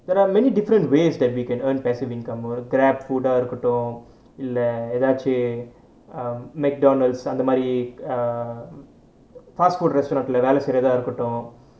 there are many different ways that we can earn passive income ஒரு:oru GrabFood ah இருக்கட்டும் இல்லை எதாச்சும்:irukkattum illai ethachum McDonald's அந்த மாதிரி:antha maathiri err fast food restaurant leh வேலை செய்றதா இருக்கட்டும்:velai seirathaa irukkattum